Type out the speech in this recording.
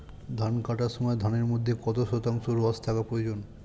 ধান কাটার সময় ধানের মধ্যে কত শতাংশ রস থাকা প্রয়োজন?